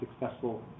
successful